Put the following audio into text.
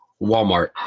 Walmart